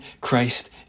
Christ